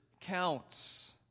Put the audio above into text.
counts